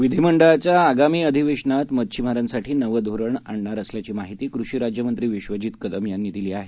विधिमंडळाच्याआगामीअधिवेशनातमच्छीमारांसाठीनवंधोरणमांडणारअसल्याचीमाहितीकृषीराज्यनंत्रीविश्वजित कदमयांनीदिलीआहे